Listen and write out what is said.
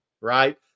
right